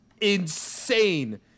insane